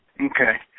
Okay